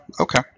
okay